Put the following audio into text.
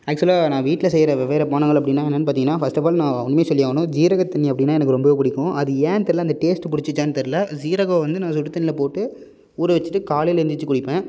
ஆக்சுவலாக நான் வீட்டில் செய்யற வெவ்வேறு பானங்கள் அப்படின்னா என்னன்னு பார்த்தீங்கன்னா ஃபர்ஸ்ட் ஆஃப் ஆல் நான் உண்மையை சொல்லி ஆகணும் ஜீரகத்தண்ணி அப்படின்னா எனக்கு ரொம்பவே பிடிக்கும் அது ஏன்னு தெரில அந்த டேஸ்ட்டு புடிச்சுச்சான்னு தெரில ஜீரகம் வந்து நான் சுடு தண்ணியில் போட்டு ஊற வச்சுட்டு காலையில் எந்திரிச்சு குடிப்பேன்